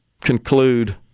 conclude